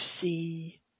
see